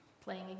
playing